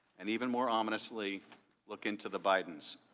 and even more ominously look into the biden's.